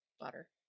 Butter